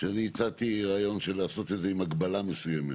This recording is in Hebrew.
כשאני הצעתי רעיון של לעשות את זה עם הגבלה מסוימת.